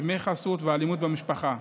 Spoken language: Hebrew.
דמי חסות ואלימות במשפחה.